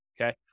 okay